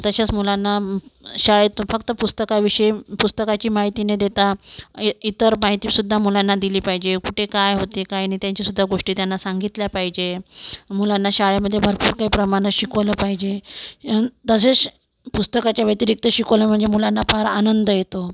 तसेच मुलांना शाळेत फक्त पुस्तकाविषयी पुस्तकाची माहिती न देता ई इतर माहिती सुद्धा मुलांना दिली पाहिजे कुठे काय नाय त्यांची सुद्धा गोष्टी ते त्यांना सांगितल्या पाहिजे मुलांना शाळेमध्ये भरपूर प्रमाणे शिकवले पाहिजे अन् तसेच पुस्तकाच्या व्यतिरिक्त शिकवलं म्हणजे मुलांना फार आनंद येतो